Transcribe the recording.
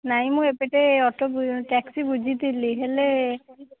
ନାହିଁ ମୁଁ ଏପଟେ ଅଟୋ ଟ୍ୟାକ୍ସି ବୁଝିଥିଲି ହେଲେ